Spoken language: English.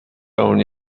own